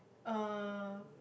uh